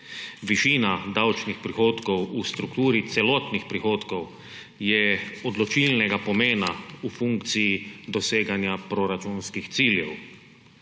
Višina davčnih prihodkov v strukturi celotnih prihodkov je odločilnega pomena v funkciji doseganja proračunskih ciljev.